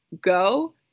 go